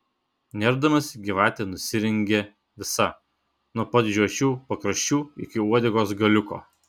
nerdamasi gyvatė nusirengia visa nuo pat žiočių pakraščių iki uodegos galiuko